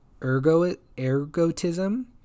ergotism